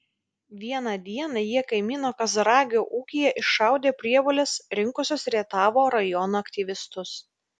vieną dieną jie kaimyno kazragio ūkyje iššaudė prievoles rinkusius rietavo rajono aktyvistus